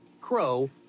crow